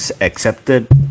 accepted